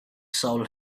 soul